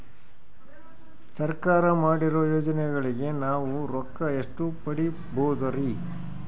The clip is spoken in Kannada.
ಸರ್ಕಾರ ಮಾಡಿರೋ ಯೋಜನೆಗಳಿಗೆ ನಾವು ರೊಕ್ಕ ಎಷ್ಟು ಪಡೀಬಹುದುರಿ?